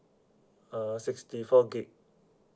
uh sixty four gig